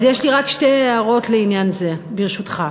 אז יש לי רק שתי הערות לעניין זה, ברשותך.